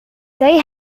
they